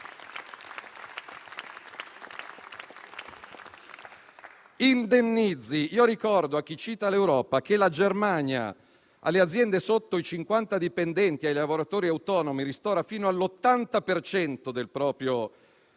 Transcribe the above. indennizzi, ricordo a chi cita l'Europa che la Germania, alle aziende sotto i 50 dipendenti e ai lavoratori autonomi, ristora fino all'80 per cento